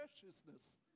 preciousness